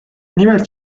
nimelt